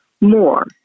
more